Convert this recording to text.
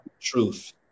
truth